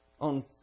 on